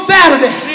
Saturday